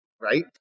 Right